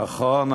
נכון,